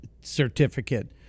Certificate